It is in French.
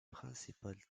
principale